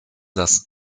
das